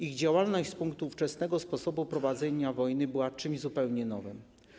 Ich działalność z punktu widzenia ówczesnego sposobu prowadzenia wojny była czymś zupełnie nowym.